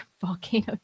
volcano